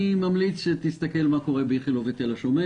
אני ממליץ שתסתכל מה קורה באיכילוב ובתל השומר.